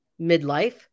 midlife